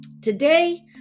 Today